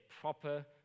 proper